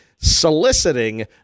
soliciting